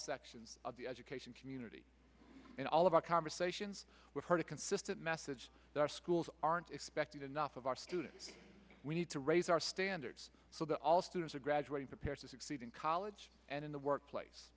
sections of the education community in all of our conversations with heard a consistent message that our schools aren't expected enough of our students we need to raise our standards so that all students are graduating prepared to succeed in college and in the workplace